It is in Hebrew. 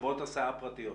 בחברות הסעה פרטיות?